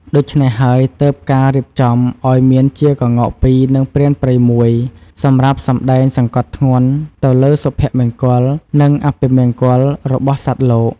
ដូច្នេះហើយទើបការរៀបចំឱ្យមានជាកោ្ងកពីរ និងព្រានព្រៃមួយ សម្រាប់សម្តែងសង្កត់ធ្ងន់ទៅលើសុភមង្គល និង អពមង្គលរបស់សត្វលោក ។